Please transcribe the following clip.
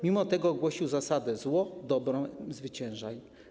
Mimo to głosił zasadę: zło dobrem zwyciężaj.